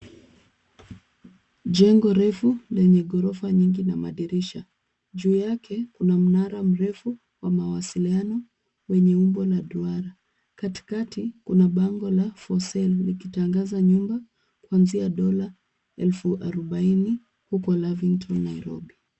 Jengo refu lenye ghorofa nyingi na madirisha. Juu yake kuna mnara mrefu wa mawasiliano wenye umbo la duara. Katikati kuna bango la for sale likitangaza nyumba kuanzia $40,000 huko Lavington, Nairobi.